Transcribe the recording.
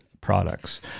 products